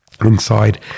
inside